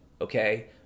okay